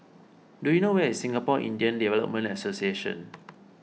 do you know where is Singapore Indian Development Association